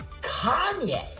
Kanye